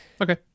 Okay